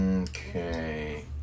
Okay